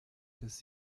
das